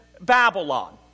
Babylon